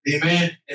Amen